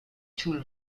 two